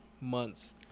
months